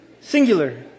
Singular